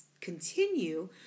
continue